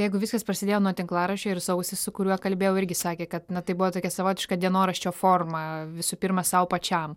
jeigu viskas prasidėjo nuo tinklaraščio ir sausis su kuriuo kalbėjau irgi sakė kad tai buvo tokia savotiška dienoraščio forma visų pirma sau pačiam